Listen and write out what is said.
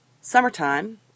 summertime